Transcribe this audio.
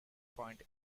point